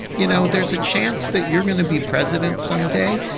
you know, there's a chance that you're going to be president someday.